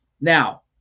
Now